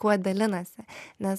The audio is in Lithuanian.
kuo dalinasi nes